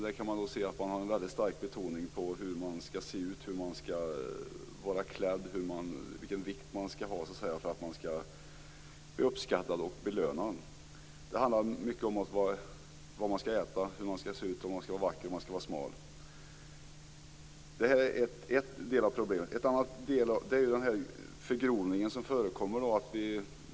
Där finns en stark betoning på hur man skall se ut, hur man skall vara klädd och vilken vikt man skall ha för att bli uppskattad och belönad. Det handlar mycket om vad man skall äta och hur man skall se ut. Man skall vara vacker och smal. Det här är en del av problemet. En annan del är den förgrovning som förekommer.